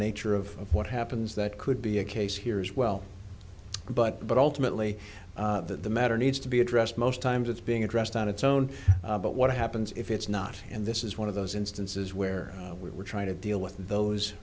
nature of what happens that could be a case here as well but but ultimately the matter needs to be addressed most times it's being addressed on its own but what happens if it's not and this is one of those instances where we were trying to deal with those